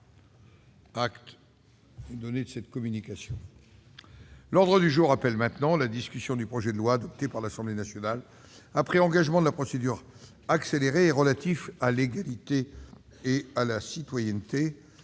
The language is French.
L'ordre du jour appelle la discussion du projet de loi, adopté par l'Assemblée nationale après engagement de la procédure accélérée, relatif à l'égalité et à la citoyenneté